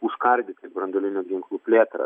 užkardyti branduolinių ginklų plėtrą